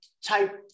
type